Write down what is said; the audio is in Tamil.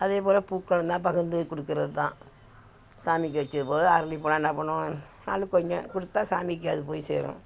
அதேபோல் பூக்களும்தான் பகிர்ந்து கொடுக்குறதுதான் சாமிக்கு வச்சது போக அரளிப் பூலாம் என்ன பண்ணுவோம் ஆளுக்கொஞ்சம் கொடுத்தா சாமிக்கு அது போய் சேரும்